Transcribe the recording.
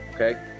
Okay